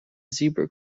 zebra